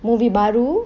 movie baru